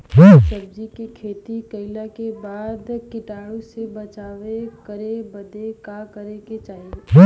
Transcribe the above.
सब्जी के खेती कइला के बाद कीटाणु से बचाव करे बदे का करे के चाही?